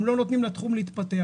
הם לא נותנים לתחום להתפתח.